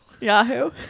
yahoo